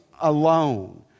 alone